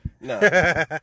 No